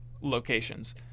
locations